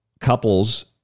couples